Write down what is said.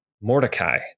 Mordecai